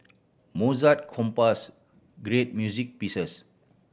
Mozart compose great music pieces